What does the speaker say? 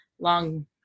long